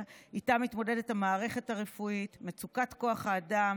שאיתה מתמודדת המערכת הרפואית: מצוקת כוח האדם